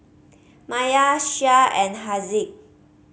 Maya Shah and Haziq